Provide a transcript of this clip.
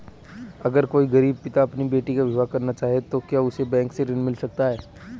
अगर कोई गरीब पिता अपनी बेटी का विवाह करना चाहे तो क्या उसे बैंक से ऋण मिल सकता है?